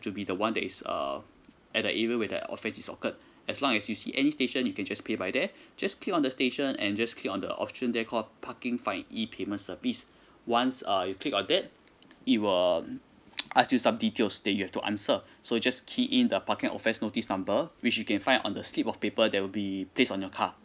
to be the one that is uh at the area where the offence is occurred as long as you see any station you can just pay by there just click on the station and just click on the option there called parking fine E payment service once err you click on that it will ask you some details that you have to answer so just key in the parking offence notice number which you can find on the slip of paper there will be placed on your car